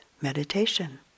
meditation